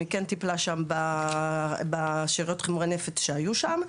היא כן טיפלה שם בשאריות חומרי הנפץ שהיו שם,